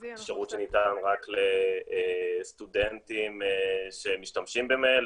יש שירות שניתן רק לסטודנטים שמשתמשים במייל,